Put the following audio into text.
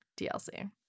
DLC